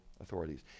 authorities